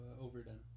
Overdone